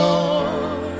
Lord